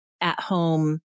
at-home